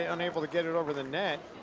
ah unable to get it over the net.